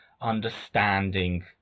understanding